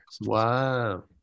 Wow